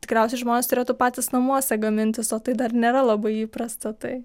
tikriausiai žmonės turėtų patys namuose gamintis o tai dar nėra labai įprasta tai